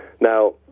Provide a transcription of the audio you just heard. now